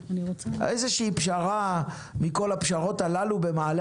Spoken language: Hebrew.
איזושהי פשרה מכל הפשרות הללו במעלה